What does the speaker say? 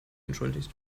entschuldigt